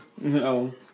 No